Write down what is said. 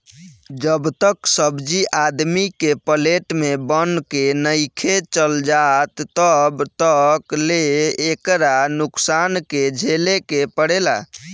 जब तक सब्जी आदमी के प्लेट में बन के नइखे चल जात तब तक ले एकरा नुकसान के झेले के पड़ेला